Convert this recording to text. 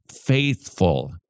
faithful